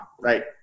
right